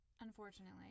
Unfortunately